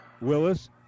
Willis